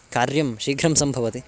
कार्यं शीघ्रं सम्भवति